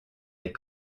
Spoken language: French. les